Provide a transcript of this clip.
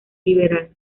liberal